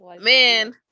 man